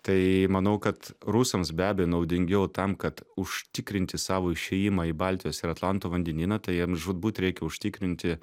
tai manau kad rusams be abejo naudingiau tam kad užtikrinti savo išėjimą į baltijos ir atlanto vandenyną tai jiems žūtbūt reikia užtikrinti